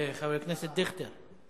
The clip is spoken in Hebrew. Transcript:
חבר הכנסת דיכטר,